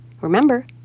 Remember